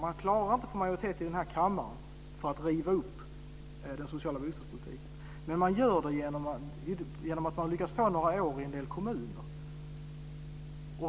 Man klarar inte att få majoritet i den här kammaren för att riva upp den sociala bostadspolitiken, men man lyckas riva ned den bakifrån under några år i en del kommuner.